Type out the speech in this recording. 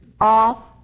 Off